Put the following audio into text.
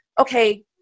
okay